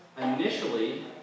initially